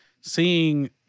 seeing